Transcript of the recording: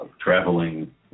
traveling